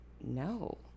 no